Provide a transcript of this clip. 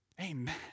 Amen